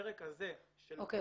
אוקיי,